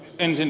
raville